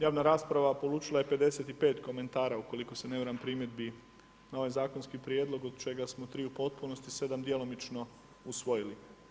Javna rasprava polučila je 55 komentara ukoliko se ne varam, primjedbi na ovaj zakonski prijedlog, od čega smo 3 u potpunosti, 7 djelomično usvojili.